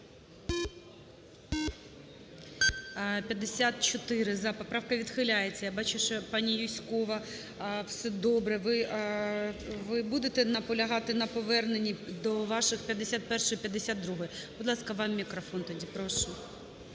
За-54 Поправка відхиляється. Я бачу, що пані Юзькова, все добре. Ви будете наполягати на поверненні до ваших 51-ї, 52-ї? Будь ласка, вам мікрофон тоді. Прошу.